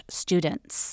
students